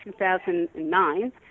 2009